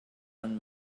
ond